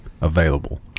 available